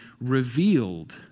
revealed